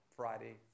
Friday